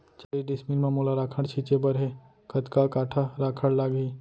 चालीस डिसमिल म मोला राखड़ छिंचे बर हे कतका काठा राखड़ लागही?